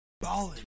ballin